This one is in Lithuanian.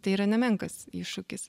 tai yra nemenkas iššūkis